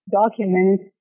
documents